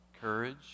courage